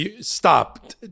Stop